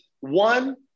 one